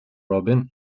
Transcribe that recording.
robin